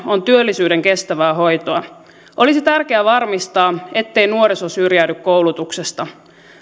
on työllisyyden kestävää hoitoa olisi tärkeää varmistaa ettei nuoriso syrjäydy koulutuksesta